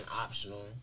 optional